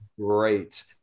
great